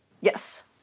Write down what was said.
Yes